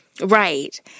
Right